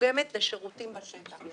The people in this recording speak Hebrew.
שמתורגמת לשירותים בשטח.